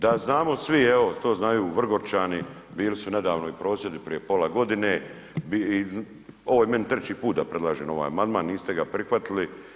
Da znamo svi, evo to znaju Vrgorčani, bili su nedavno i prosvjedi prije pola godine, ovo je meni treći put da predlažem ovaj amandman, niste ga prihvatili.